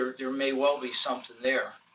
there may well be something there.